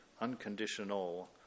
unconditional